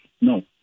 No